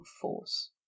force